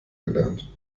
gelernt